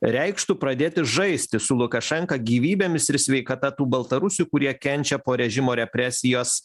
reikštų pradėti žaisti su lukašenka gyvybėmis ir sveikata tų baltarusių kurie kenčia po režimo represijas